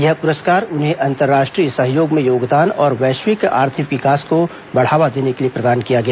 यह पुरस्कार उन्हें अंतर्राष्ट्रीय सहयोग में योगदान और वैश्विक आर्थिक विकास को बढ़ावा देने के लिए प्रदान किया गया